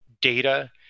data